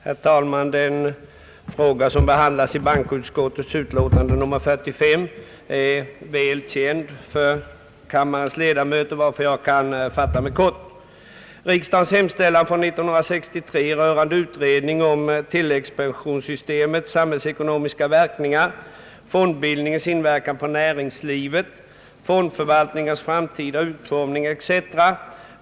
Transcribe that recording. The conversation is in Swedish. Herr talman! Den fråga som behandlas i bankoutskottets utlåtande nr 45 är väl känd för kammarens ledamöter, varför jag kan fatta mig kort. Riksdagens hemställan från år 1963 rörande utredning om tilläggspensionssystemets samhällsekonomiska verkningar, fondbildningens inverkan på näringslivet, fondförvaltningens framtida utformning etc.